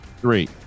three